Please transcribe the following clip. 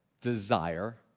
desire